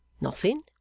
Nothing